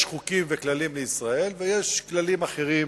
יש חוקים וכללים לישראל ויש כללים אחרים